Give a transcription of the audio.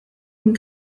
minn